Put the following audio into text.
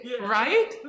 Right